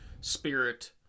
spirit